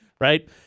Right